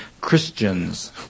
Christians